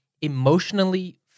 emotionally